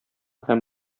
һәм